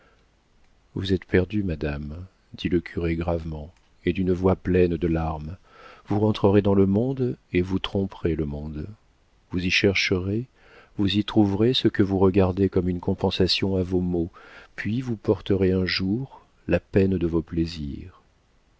vous êtes perdue madame dit le curé gravement et d'une voix pleine de larmes vous rentrerez dans le monde et vous tromperez le monde vous y chercherez vous y trouverez ce que vous regardez comme une compensation à vos maux puis vous porterez un jour la peine de vos plaisirs